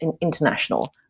international